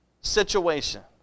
situation